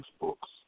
books